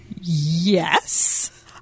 Yes